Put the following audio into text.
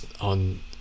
on